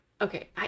Okay